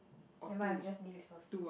never mind ah we just leave it first